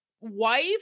wife